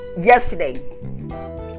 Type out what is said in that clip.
Yesterday